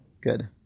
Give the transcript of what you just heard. Good